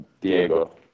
Diego